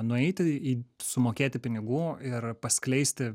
nueiti į sumokėti pinigų ir paskleisti